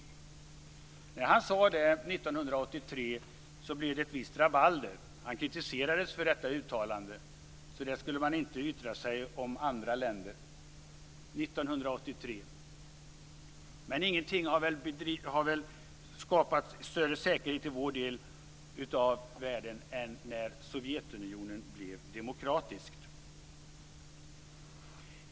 När han sade det 1983 blev det ett visst rabalder. Han kritiserades för detta uttalande, - så där skulle man inte yttra sig om andra länder. Det var alltså 1983. Men ingenting har väl skapat en större säkerhet i vår del av världen än när Sovjetunionen blev demokratiskt.